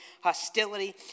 hostility